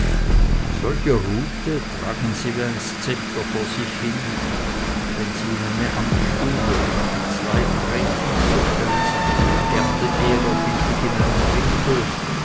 solche rute tragen sie wie ein zepter vor sich hin wenn sie in eine amtsstube oder kanzlei treten so stellen sie die gerte ehrerbietig in einen winkel